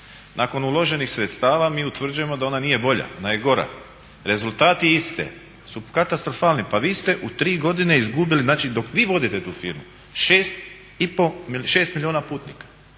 Nakon uloženih sredstava mi utvrđujemo da ona nije bolja, ona je gora. Rezultati iste su katastrofalni. Pa vi ste u 3 godine izgubili, znači dok vi vodite tu firmu 6,5, 6 milijuna putnika.